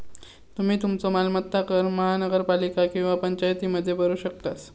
तुम्ही तुमचो मालमत्ता कर महानगरपालिका किंवा पंचायतीमध्ये भरू शकतास